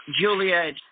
Juliet